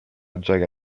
gioia